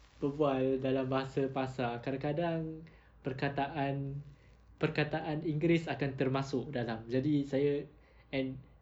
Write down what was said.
berbual dalam bahasa pasar kadang-kadang perkataan perkataan inggeris akan termasuk dalam jadi saya and